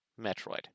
Metroid